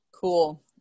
cool